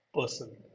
person